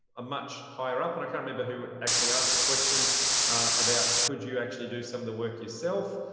much higher up and i can't remember who actually asked the question about could you actually do some of the work yourself?